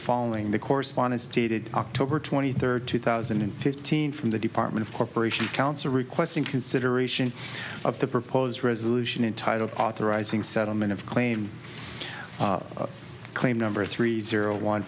following the correspondence dated october twenty third two thousand and fifteen from the department of corporation counsel requesting consideration of the proposed resolution entitled authorizing settlement of claim claim number three zero one